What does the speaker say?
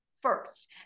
first